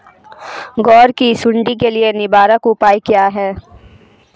ग्वार की सुंडी के लिए निवारक उपाय क्या है?